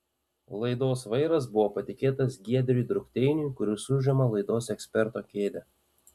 laidos vairas buvo patikėtas giedriui drukteiniui kuris užima laidos eksperto kėdę